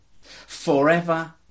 forever